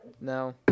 No